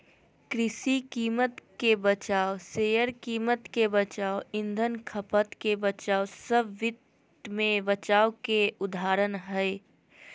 कृषि कीमत के बचाव, शेयर कीमत के बचाव, ईंधन खपत के बचाव सब वित्त मे बचाव के उदाहरण हय